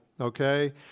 okay